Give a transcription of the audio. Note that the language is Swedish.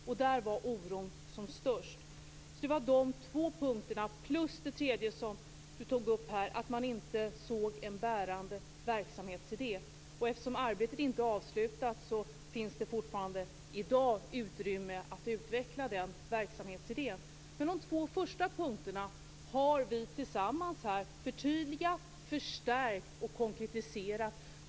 Oron var som störst när det gällde dessa två punkter plus den tredje, som Lennart Kollmats tog upp här, nämligen att man inte såg en bärande verksamhetsidé. Eftersom arbetet inte är avslutat finns det i dag fortfarande utrymme att utveckla verksamhetsidén. På de två första punkterna har vi tillsammans förtydligat, förstärkt och konkretiserat.